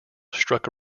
struck